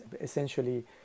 essentially